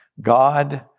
God